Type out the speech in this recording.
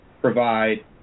provide